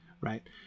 Right